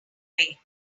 way